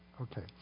Okay